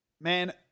Man